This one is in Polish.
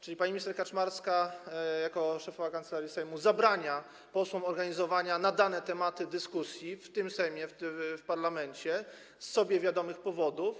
Czyli pani minister Kaczmarska jako szefowa Kancelarii Sejmu zabrania posłom organizowania na dane tematy dyskusji w Sejmie, w parlamencie z sobie wiadomych powodów.